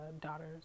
daughters